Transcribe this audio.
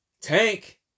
Tank